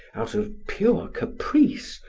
out of pure caprice,